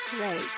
right